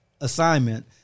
assignment